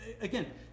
again